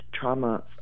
trauma